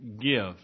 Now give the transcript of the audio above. gift